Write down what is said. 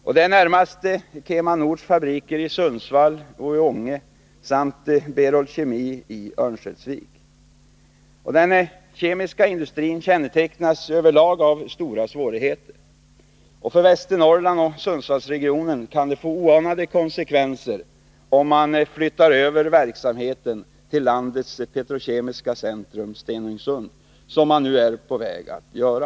Det gäller närmast Kema Nords fabriker i Sundsvall och Ånge samt Berol Kemi i Örnsköldsvik. Den kemiska industrin kännetecknas över lag av stora svårigheter. För Västernorrland och Sundsvallsregionen kan det få oanade konsekvenser om man flyttar över verksamheten till landets petrokemiska centrum, Stenungsund — som man nu är på väg att göra.